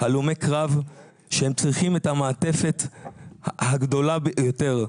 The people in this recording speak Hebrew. הלומי קרב שהם צריכים את המעטפת הגדולה ביותר.